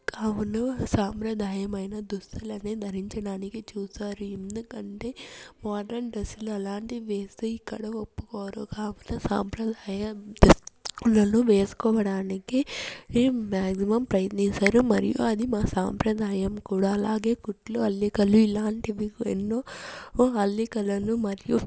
కావున సాంప్రదాయమైన దుస్తులని ధరించదానికి చూస్తారు ఎందుకంటే మోడ్రన్ డ్రెస్సులు అలాంటివి వేస్తే ఇక్కడ ఒప్పుకోరు కావున సాంప్రదాయ దుస్తులను వేసుకోవడానికి మేం మ్యాక్సిమం ప్రయత్నిస్తాము మరియు అది మా సాంప్రదాయం కూడా అలాగే కుట్లు అల్లికలు ఇలాంటివి ఎన్నో అల్లికలను మరియు